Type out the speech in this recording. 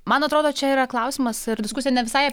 man atrodo čia yra klausimas ir diskusija ne visai